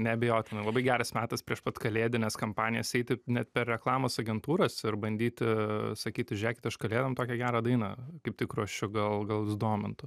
neabejotinai labai geras metas prieš pat kalėdines kampanijas eiti net per reklamos agentūras ir bandyti sakyti žėkit aš kalėdom tokią gerą dainą kaip tik ruošiu gal gal jus domintų